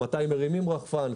מתי מרימים רחפן,